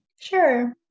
Sure